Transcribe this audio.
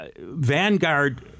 Vanguard